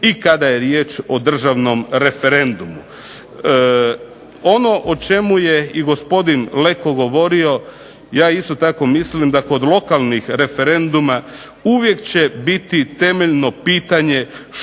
i kada je riječ o državnom referendumu. Ono o čemu je i gospodin Leko govorio, ja isto tako mislim da kod lokalnih referenduma uvijek će biti temeljno pitanje što